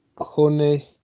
honey